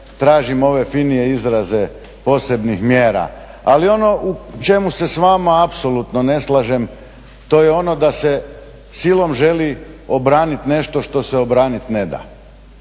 tražim ove finije izraze posebnih mjera. Ali ono u čemu se s vama apsolutno ne slažem to je ono da se silom želi obraniti nešto što se obraniti ne da.